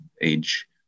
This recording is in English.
age